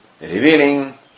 revealing